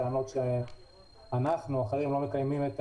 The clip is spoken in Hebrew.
טענות שאנחנו ואחרים לא מקיימים את